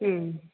ഉം